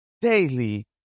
daily